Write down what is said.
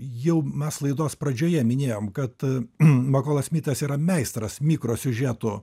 jau mes laidos pradžioje minėjom kad makolas smitas yra meistras mikrosiužetų